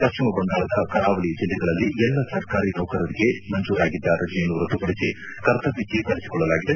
ಪಶ್ಚಿಮ ಬಂಗಾಳದ ಕರಾವಳಿ ಜಿಲ್ಲೆಗಳಲ್ಲಿ ಎಲ್ಲ ಸರ್ಕಾರಿ ನೌಕರರಿಗೆ ಮಂಜೂರಾಗಿದ್ದ ರಜೆಯನ್ನು ರದ್ದುಪಡಿಸಿ ಕರ್ತವ್ಯಕ್ಕೆ ಕರೆಸಿಕೊಳ್ಳಲಾಗಿದೆ